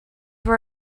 were